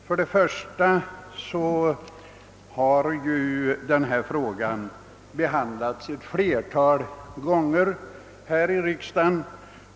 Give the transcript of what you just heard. Först och främst har ju denna fråga behandlats ett flertal gånger här i riksdagen.